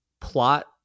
plot